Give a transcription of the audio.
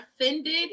offended